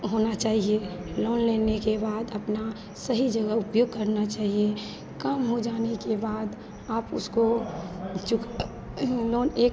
होना चाहिए लोन लेने के बाद अपना सही जगह उपयोग करना चाहिए काम हो जाने के बाद आप उसको चुक लोन एक